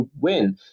win